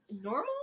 normal